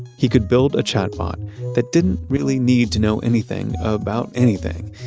he could build a chatbot that didn't really need to know anything about anything.